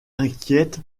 inquiètes